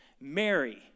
mary